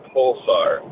Pulsar